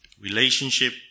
Relationship